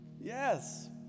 yes